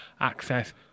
access